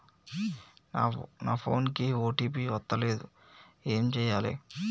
నా ఫోన్ కి ఓ.టీ.పి వస్తలేదు ఏం చేయాలే?